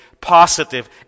positive